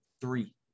three